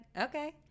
okay